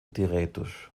direitos